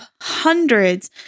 hundreds